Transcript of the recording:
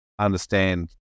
understand